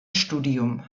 studium